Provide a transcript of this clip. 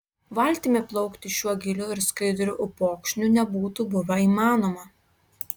valtimi plaukti šiuo giliu ir skaidriu upokšniu nebūtų buvę įmanoma